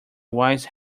wise